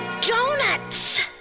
donuts